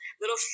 little